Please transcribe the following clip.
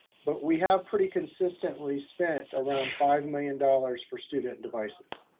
but we have pretty consistently spent around five million dollars for student devices,